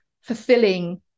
fulfilling